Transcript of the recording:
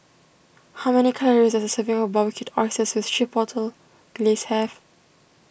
how many calories does a serving of Barbecued Oysters with Chipotle Glaze have